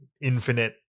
infinite